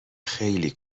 خیلی